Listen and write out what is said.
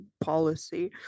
policy